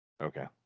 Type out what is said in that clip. okay